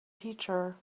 teacher